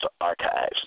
Archives